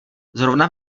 zrovna